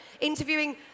interviewing